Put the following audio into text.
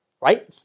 right